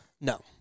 No